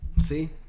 See